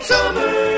Summer